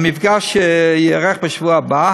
המפגש ייערך בשבוע הבא.